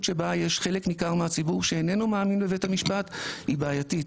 שבה יש חלק ניכר מהציבור שאיננו מאמין בבית המשפט היא בעייתית,